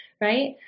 right